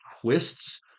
twists